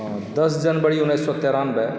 दस जनवरी उन्नैस सए तेरानबे